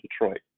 Detroit